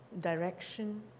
direction